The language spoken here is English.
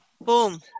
Boom